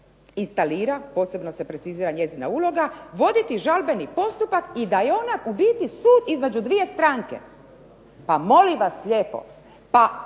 instalira, posebno se precizira njezina uloga, voditi žalbeni postupak i da je ona u biti sud između 2 stranke. Pa molim vas lijepo!? Pa